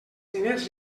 diners